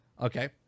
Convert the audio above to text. Okay